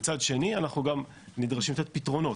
מצד שני אנחנו גם נדרשים לתת פתרונות.